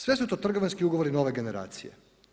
Sve su to trgovinski ugovori nove generacije.